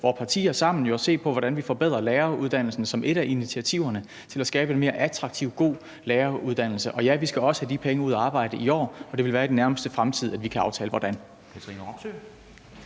vores partier sammen, at se på, hvordan vi forbedrer læreruddannelsen som et af initiativerne til at skabe en mere attraktiv og god læreruddannelse. Og ja, vi skal også have de penge ud at arbejde i år, og det vil være i den nærmeste fremtid, at vi kan aftale hvordan.